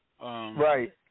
Right